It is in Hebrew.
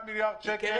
241 מיליארד שקל.